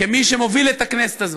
כמי שמוביל את הכנסת הזאת,